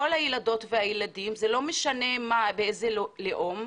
לכל הילדות והילדים לא משנה מאיזה לאום,